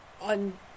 on